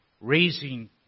raising